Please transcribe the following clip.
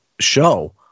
show